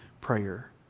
prayer